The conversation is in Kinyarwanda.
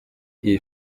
iyi